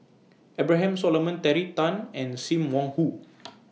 Abraham Solomon Terry Tan and SIM Wong Hoo